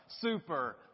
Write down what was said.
super